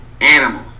animal